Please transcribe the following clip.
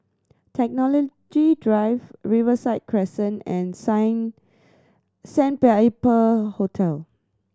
Technology Drive Riverside Crescent and Sign Sandpiper Hotel